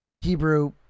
Hebrew